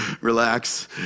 Relax